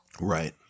Right